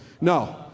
No